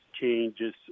changes